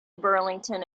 burlington